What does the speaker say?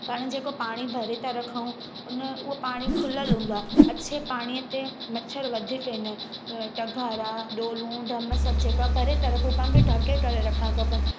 पाण जेको पाणी भरे था रखूं उन उअ पाणी खुलयल हूंदो आहे अच्छे पाणीअ ते मच्छर वधीक ईंदा आहिनि अ टघारा डोलूं ड्रम सभु जेका भरे था रखो तव्हांखे ढके करे रखिणा खपनि